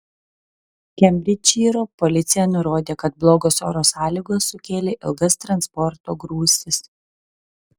kembridžšyro policija nurodė kad blogos oro sąlygos sukėlė ilgas transporto grūstis